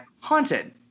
haunted